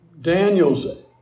Daniel's